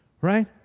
right